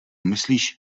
myslíš